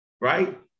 right